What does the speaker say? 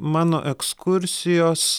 mano ekskursijos